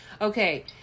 Okay